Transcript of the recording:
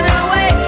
away